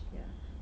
ya